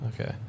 Okay